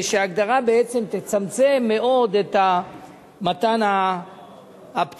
שההגדרה בעצם תצמצם מאוד את מתן הפטור.